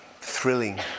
thrilling